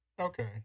Okay